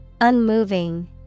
Unmoving